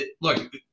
look